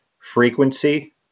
frequency